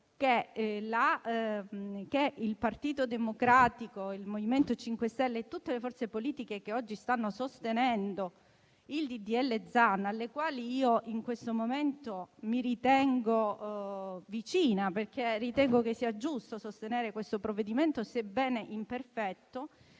che il Partito Democratico, il MoVimento 5 Stelle e tutte le forze politiche che oggi stanno sostenendo il disegno di legge Zan - alle quali in questo momento mi ritengo vicina, perché penso sia giusto sostenere questo provvedimento, sebbene imperfetto